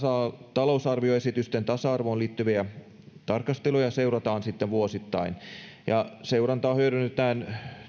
talousarvioesitysten tasa arvoon liittyviä tarkasteluja seurataan sitten vuosittain ja seurantaa hyödynnetään